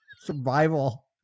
survival